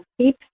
keep